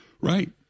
Right